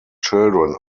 children